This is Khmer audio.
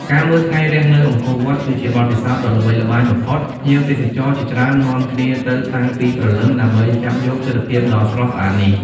ការមើលថ្ងៃរះនៅអង្គរវត្ត គឺជាបទពិសោធន៍ដ៏ល្បីល្បាញបំផុត ភ្ញៀវទេសចរជាច្រើននាំគ្នាទៅតាំងពីព្រលឹមដើម្បីចាប់យកទិដ្ឋភាពដ៏ស្រស់ស្អាតនេះ។